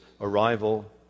arrival